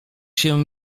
się